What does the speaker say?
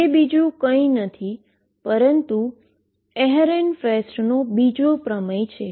જે બીજુ કઈ નથી પરંતુ એહરેનફેસ્ટનો બીજો પ્રમેય છે